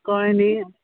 कळ्ळें न्ही